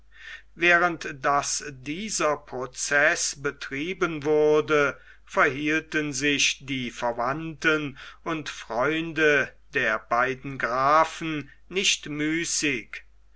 während daß dieser proceß betrieben wurde verhielten sich die verwandten und freunde der beiden grafen nicht müßig